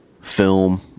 film